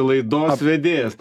laidos vedėjas